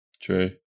true